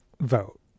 vote